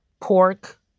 pork